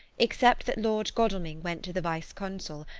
except that lord godalming went to the vice-consul,